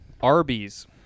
Arby's